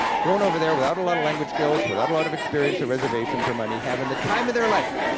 going over there without a lot of language skills, without a lot of experience, or reservations, or money, having the time of their life,